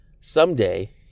someday